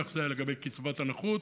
כך זה היה לגבי קצבת הנכות,